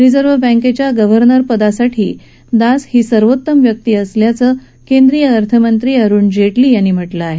reserve बँकेच्या गव्हर्नरसारख्या उच्च पदासाठी दास सर्वोत्तम व्यक्ती असल्याचं केन्द्रीय अर्थ मंत्री अरुण जेटली यांनी म्हटलं आहे